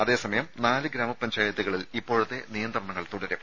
അതേസമയം നാല് ഗ്രാമപഞ്ചായത്തുകളിൽ ഇപ്പോഴത്തെ നിയന്ത്രണങ്ങൾ തുടരും